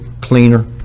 cleaner